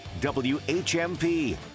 WHMP